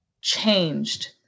changed